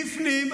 בפנים,